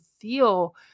feel